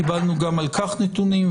קיבלנו גם על כך נתונים,